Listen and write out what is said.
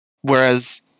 Whereas